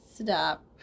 Stop